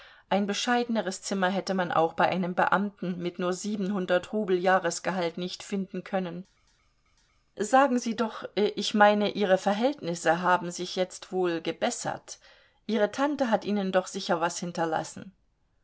ein bescheideneres zimmer hätte man auch bei einem beamten mit nur siebenhundert rubel jahresgehalt nicht finden können sagen sie doch ich meine ihre verhältnisse haben sich jetzt wohl gebessert ihre tante hat ihnen doch sicher was hinterlassen